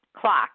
clock